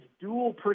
dual